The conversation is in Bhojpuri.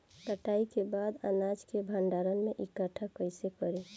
कटाई के बाद अनाज के भंडारण में इकठ्ठा कइसे करी?